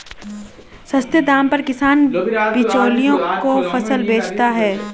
सस्ते दाम पर किसान बिचौलियों को फसल बेचता है